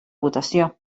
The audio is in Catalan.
votació